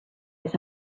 his